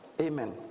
Amen